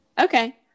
Okay